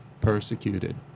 persecuted